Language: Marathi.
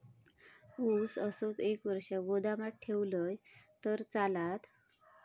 ऊस असोच एक वर्ष गोदामात ठेवलंय तर चालात?